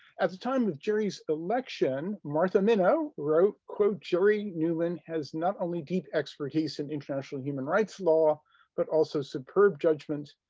at the time of gerry's election, martha minow wrote, quote, gerry neuman has not only deep expertise in international human rights law but also superb judgment,